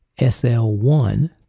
SL1